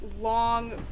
Long